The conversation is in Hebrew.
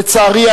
לצערי,